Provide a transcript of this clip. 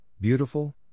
beautiful